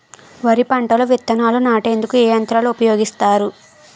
వరి పంటలో విత్తనాలు నాటేందుకు ఏ యంత్రాలు ఉపయోగిస్తారు?